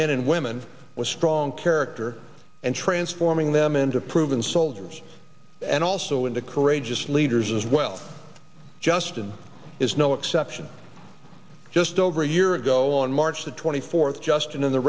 men and women with strong character and transforming them into proven soldiers and also into courageous leaders as well justin is no exception just over a year ago on march the twenty fourth just in